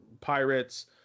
Pirates